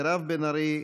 מירב בן ארי,